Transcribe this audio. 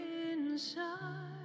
inside